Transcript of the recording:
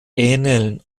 ähneln